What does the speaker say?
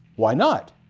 why not?